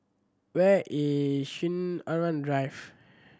where is Sinaran Drive